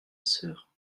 sœur